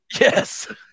Yes